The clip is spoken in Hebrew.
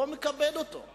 לא מכבד אותו.